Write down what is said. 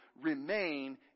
remain